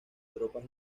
tropas